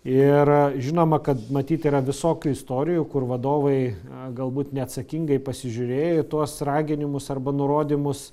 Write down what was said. ir žinoma kad matyt yra visokių istorijų kur vadovai galbūt neatsakingai pasižiūrėjo į tuos raginimus arba nurodymus